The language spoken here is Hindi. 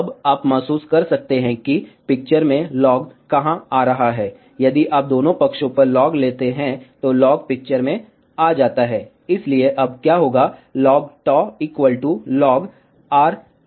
अब आप महसूस कर सकते हैं कि पिक्चर में लॉग कहाँ आ रहा है यदि आप दोनों पक्षों पर लॉग लेते हैं तो लॉग पिक्चर में आ जाता है इसलिए अब क्या होगा log log Rn1 log Rn